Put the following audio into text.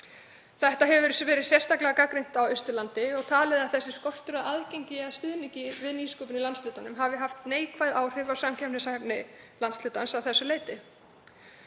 Þetta hefur sérstaklega verið gagnrýnt á Austurlandi og talið að þessi skortur á aðgengi að stuðningi við nýsköpun í landshlutanum hafi haft neikvæð áhrif á samkeppnishæfni landshlutans að þessu leyti.